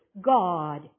God